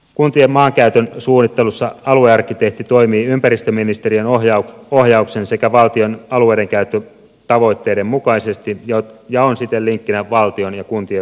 kuntien maankäytön suunnittelussa aluearkkitehti toimii ympäristöministeriön ohjauksen sekä valtion alueidenkäyttötavoitteiden mukaisesti ja on siten linkkinä valtion ja kuntien välillä